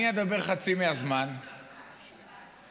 אני אדבר חצי מהזמן, באמת,